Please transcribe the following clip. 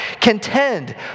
Contend